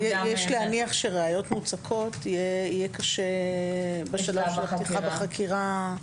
יש להניח שראיות מוצקות יהיה קשה בשלב של פתיחה בחקירה.